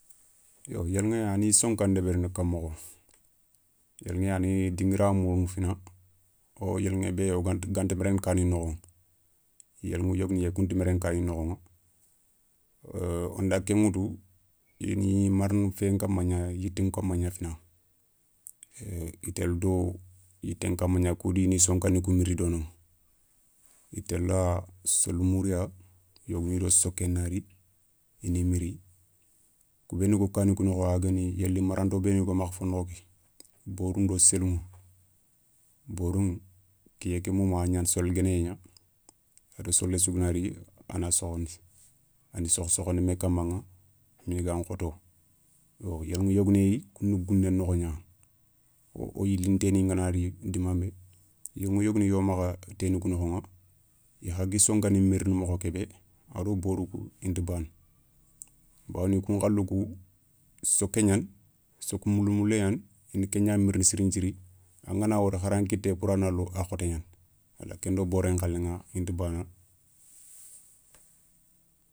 Yo yéliηé a ni sonka ndeberini ka mokho, yéliηé a ni dinguira murunu fina, kho yéliηé bé ganta, ganta biréné kani nokhoηa. Yéluηu yogoni yéyi kounta méréné kani nokho, onda ken ηoutou, i ni marna féyé nkama gna, yitoun kama gna fina. I télé do yittén kamma gna kou do ni sonkani kou miri donoηa. I téla solou mouriya yogonido soké nari i ni miri. Kou béni go kani kou nokho a guéni yéli maranto béni go makha fo nokho ké, borou ndo séliηu, borouηa kiyé ké mouma a na gnaana solé guénéyé gna. A do solé sou gana ri a na sokhoundi, andi sokhou sokhoundi mé kamaηa migan khoto. Yo yéliηu yogoni yéyi kouna gouné nokho gna. Wo yilin téénin gana ri dimanbé, yéliηu yogoni yo makha tééni kou nokhoηa, i kha gui sonkani kou mirini mokho kébé ado borou kou inta bana, bawoni koun khalou kou soké gnani, sokké moulé moulé gnaani ini kégna mirini sirinthirinthiri anga na wori hara nkité ké pourana lo a khoté gnani kendo borén nkhalé inta bana.